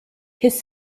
his